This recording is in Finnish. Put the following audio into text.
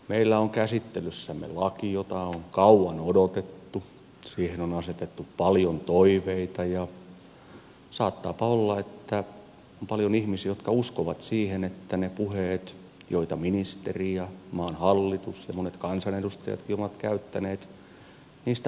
meillä on käsittelyssämme laki jota on kauan odotettu siihen on asetettu paljon toiveita ja saattaapa olla että on paljon ihmisiä jotka uskovat siihen että niistä puheista joita ministeri ja maan hallitus ja monet kansanedustajatkin ovat käyttäneet tulee totta